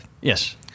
Yes